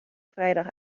vrijdag